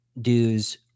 dues